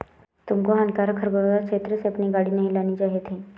तुमको हानिकारक खरपतवार क्षेत्र से अपनी गाड़ी नहीं लानी चाहिए थी